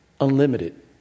unlimited